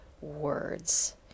words